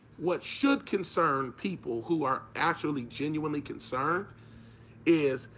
what should concern people who are actually genuinely concerned is,